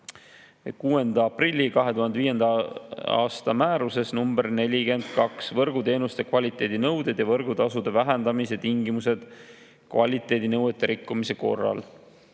6. aprilli 2005. aasta määruses nr 42 "Võrguteenuste kvaliteedinõuded ja võrgutasude vähendamise tingimused kvaliteedinõuete rikkumise korral".